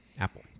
Apple